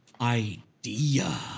idea